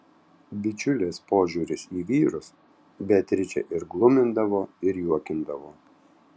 bičiulės požiūris į vyrus beatričę ir glumindavo ir juokindavo